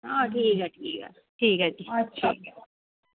आं ठीक ऐ ठीक ऐ ठीक ऐ भी